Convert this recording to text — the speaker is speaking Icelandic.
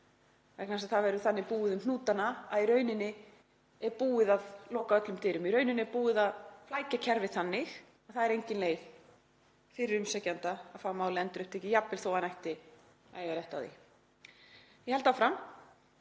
Vegna þess að þannig verður búið um hnútana að í raun er búið að loka öllum dyrum. Í raun er búið að flækja kerfið þannig að það er engin leið fyrir umsækjanda til að fá mál endurupptekið jafnvel þó að hann ætti að eiga rétt á því. Ég held áfram,